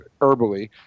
herbally